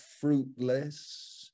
fruitless